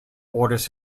orders